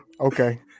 okay